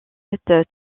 cette